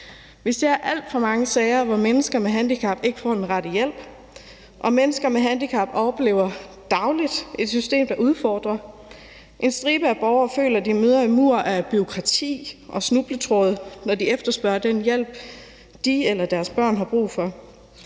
Vi ser alt for mange sager, hvor mennesker med handicap ikke får den rette hjælp. Mennesker med handicap oplever dagligt et system, der er en udfordring, og en stribe borgere føler, de møder en mur af bureaukrati og snubletråde, når de efterspørger den hjælp, de har brug for.